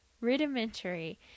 Rudimentary